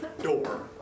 door